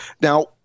Now